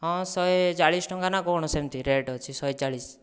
ହଁ ଶହେ ଚାଳିଶ ଟଙ୍କା ନା କଣ ସେମତି ରେଟ୍ ଅଛି ଶହେ ଚାଳିଶ